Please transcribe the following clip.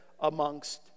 amongst